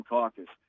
Caucus